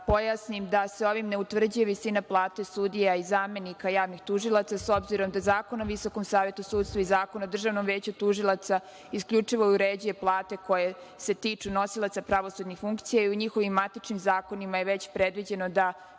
pojasnim, ovim se ne utvrđuje visina plate sudija i zamenika javnih tužilaca, s obzirom da Zakon o Visokom savetu sudstva i Zakon o Državnom veću tužilaca isključivo uređuje plate koje se tiču nosilaca pravosudnih funkcija i u njihovim matičnim zakonima je već predviđeno da